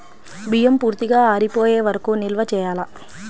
బియ్యం పూర్తిగా ఆరిపోయే వరకు నిల్వ చేయాలా?